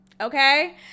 Okay